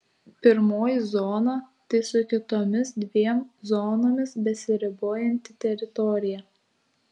pirmoji zona tai su kitomis dviem zonomis besiribojanti teritorija